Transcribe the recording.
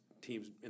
teams